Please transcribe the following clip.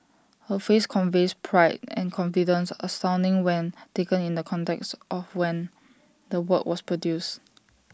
her face conveys pride and confidence astounding when taken in the context of when the work was produced